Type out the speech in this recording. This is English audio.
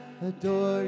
adore